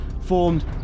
formed